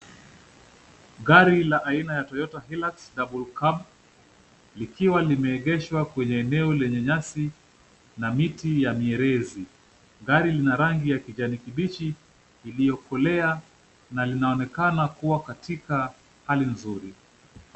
Gari la aina ya Toyota Hilux na blue cap likiwa limeegeshwa kwenye eneo lenye nyasi na miti ya mierezi . Gari lina rangi ya kijani kibichi iliyokolea na linaonekana kuwa katika hali nzuri.